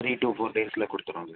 three to four டேஸில் கொடுத்துறோம் sir